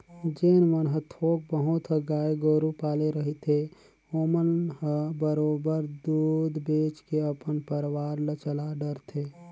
जेन मन ह थोक बहुत ह गाय गोरु पाले रहिथे ओमन ह बरोबर दूद बेंच के अपन परवार ल चला डरथे